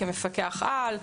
כמפקח-על,